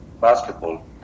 basketball